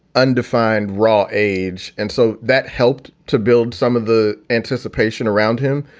undefined, raw age. and so that helped to build some of the anticipation around him.